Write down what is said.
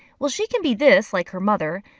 well she can be this like her mother.